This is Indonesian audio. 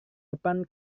depan